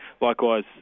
Likewise